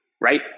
right